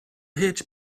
hitch